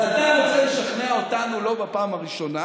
ואתה מנסה לשכנע אותנו, לא בפעם הראשונה,